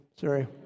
Sorry